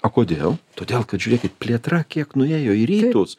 o kodėl todėl kad žiūrėkit plėtra kiek nuėjo į rytus